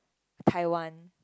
Taiwan